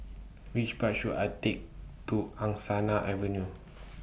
Which Bus should I Take to Angsana Avenue